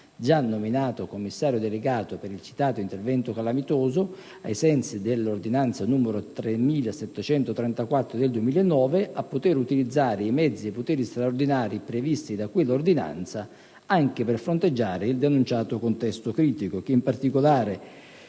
già nominato Commissario delegato per il citato intervento calamitoso, ai sensi dell'ordinanza n. 3734 del 2009, a poter utilizzare i mezzi e i poteri straordinari previsti da quella ordinanza anche per fronteggiare il denunciato contesto critico, che in particolare